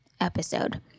episode